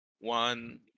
one